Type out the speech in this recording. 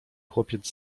chłopiec